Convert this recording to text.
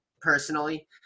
personally